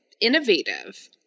innovative